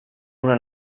una